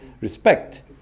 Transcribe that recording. respect